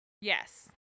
Yes